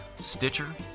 Stitcher